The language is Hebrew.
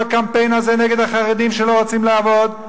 בקמפיין הזה נגד החרדים שלא רוצים לעבוד,